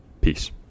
peace